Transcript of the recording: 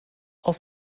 aus